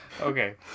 Okay